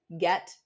get